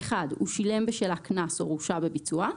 הוא שילם בשלה קנס או הורשע בביצועה.